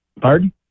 Pardon